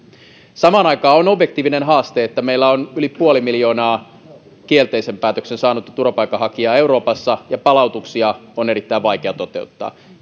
samaan aikaan on objektiivinen haaste että meillä on yli puoli miljoonaa kielteisen päätöksen saanutta turvapaikanhakijaa euroopassa ja palautuksia on erittäin vaikea toteuttaa